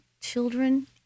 children